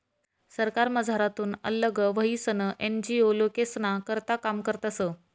सरकारमझारथून आल्लग व्हयीसन एन.जी.ओ लोकेस्ना करता काम करतस